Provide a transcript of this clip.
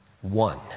one